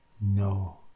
no